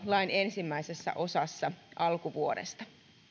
lain ensimmäisessä osassa alkuvuodesta